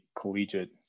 collegiate